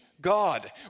God